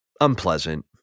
unpleasant